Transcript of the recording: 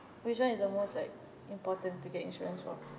which one is the most like important to get insurance for